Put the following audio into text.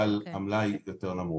אבל המלאי יותר נמוך.